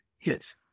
yes